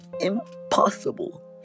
impossible